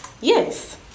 Yes